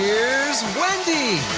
here's wendy.